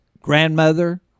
grandmother